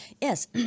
yes